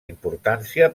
importància